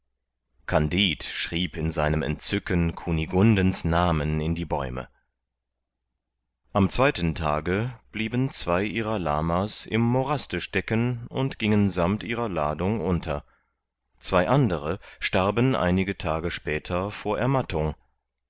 kandid schrieb in seinem entzücken kunigundens namen in die bäume am zweiten tage blieben zwei ihrer lama's im moraste stecken und gingen sammt ihrer ladung unter zwei andere starben einige tage später vor ermattung